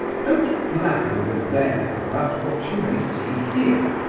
don't blab over there about what you may see here,